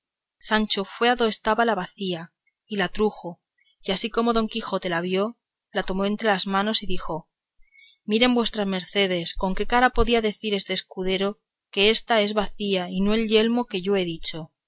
sancho fue a do estaba la bacía y la trujo y así como don quijote la vio la tomó en las manos y dijo miren vuestras mercedes con qué cara podía decir este escudero que ésta es bacía y no el yelmo que yo he dicho